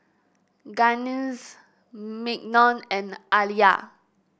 Gaines Mignon and Aliyah